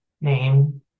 name